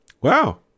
Wow